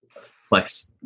flex